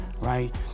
Right